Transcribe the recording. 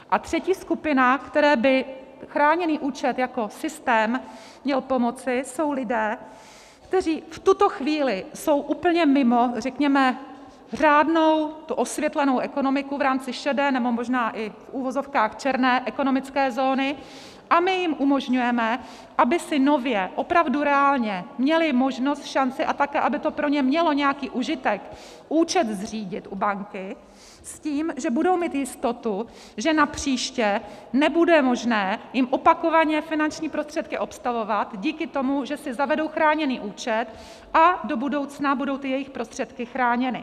A třetí skupina, které by chráněný účet jako systém měl pomoci, jsou lidé, kteří v tuto chvíli jsou úplně mimo, řekněme, řádnou, tu osvětlenou ekonomiku v rámci šedé, nebo možná i černé ekonomické zóny, a my jim umožňujeme, aby si nově, opravdu reálně měli možnost, šanci, a také aby to pro ně mělo nějaký užitek, účet zřídit u banky, s tím, že budou mít jistotu, že napříště nebude možné jim opakovaně finanční prostředky obstavovat, díky tomu, že si zavedou chráněný účet a do budoucna budou ty jejich prostředky chráněny.